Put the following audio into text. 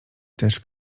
też